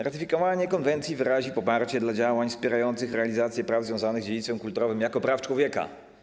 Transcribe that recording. Ratyfikowanie konwencji wyrazi poparcie dla działań wspierających realizację praw związanych z dziedzictwem kulturowym jako praw człowieka.